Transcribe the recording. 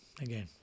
again